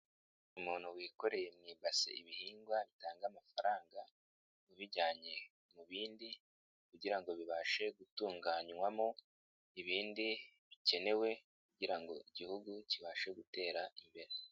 Umuntu wikoreye mu ibase ibihingwa bitanga amafaranga, abijyanye mu bindi kugira ngo bibashe gutunganywamo ibindi bikenewe kugira ngo igihugu kibashe gutera imbere.